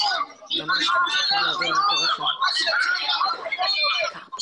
בהפגנה מה-6 ביוני 2020) ענת,